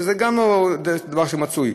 שזה גם דבר שמצוי.